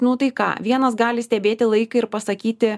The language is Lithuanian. nu tai ką vienas gali stebėti laiką ir pasakyti